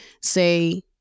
say